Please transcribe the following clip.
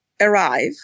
arrive